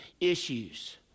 issues